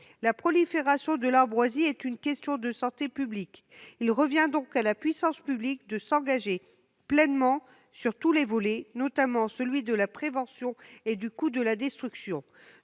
La prolifération de l'ambroisie est une question de santé publique. Il revient donc à la puissance publique de s'engager pleinement sur tous les volets, notamment sur celui de la prévention et du coût de la destruction.